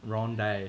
rendang